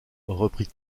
reprit